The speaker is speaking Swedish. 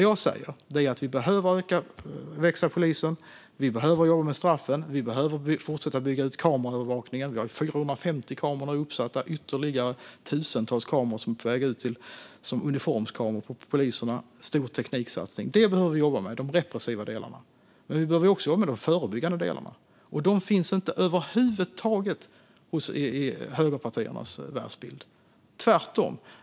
Jag säger att vi behöver få polisen att växa, jobba med straffen och fortsätta bygga ut kameraövervakningen. Vi har nu 450 kameror uppsatta, och ytterligare tusentals kameror är på väg ut som uniformskameror på poliserna - en stor tekniksatsning. Detta behöver vi jobba med: de repressiva delarna. Men vi behöver också jobba med de förebyggande delarna, och de finns inte över huvud taget i högerpartiernas världsbild - tvärtom.